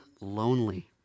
lonely